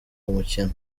mukino